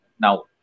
now